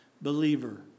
believer